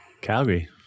Calgary